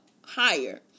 higher